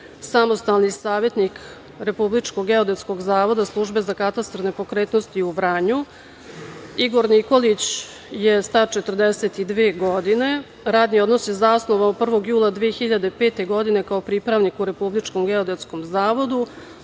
samostalni savetnik Republičkog geodetskog zavoda, Službe za katastar nepokretnosti u Vranju. Igor Nikolić je star 42 godine. Radni odnos je zasnovao 1. jula 2005. godine kao pripravnik u Republičkom geodetskom zavodu.